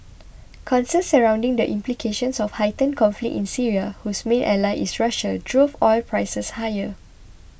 concerns surrounding the implications of heightened conflict in Syria whose main ally is Russia drove oil prices higher